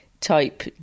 type